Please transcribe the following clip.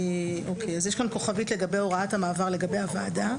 יש כאן כוכבית לגבי הוראות המעבר לגבי הוועדה.